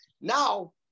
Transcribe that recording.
Now